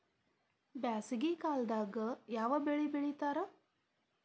ಬ್ಯಾಸಗಿ ಕಾಲದಾಗ ಯಾವ ಬೆಳಿ ಬೆಳಿತಾರ?